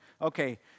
okay